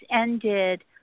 ended